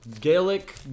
Gaelic